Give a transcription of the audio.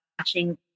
watching